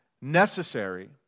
necessary